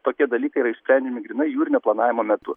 tokie dalykai yra išsprendžiami grynai jūrinio planavimo metu